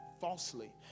falsely